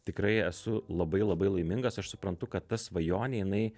tikrai esu labai labai laimingas aš suprantu kad ta svajonė jinai